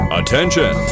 attention